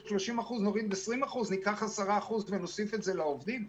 ב-20% וניקח עוד 10% ונוסיף לעובדים.